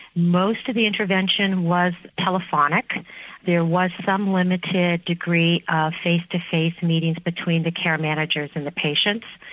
most of the intervention was telephonic there was some limited degree of face to face meetings between the care managers and the patients.